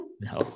No